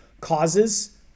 causes